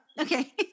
Okay